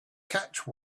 catch